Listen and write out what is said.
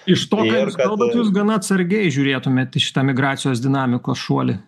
iš to ką jūs kalbat jūs gana atsargiai žiūrėtumėt į šitą migracijos dinamikos šuolį